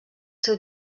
seu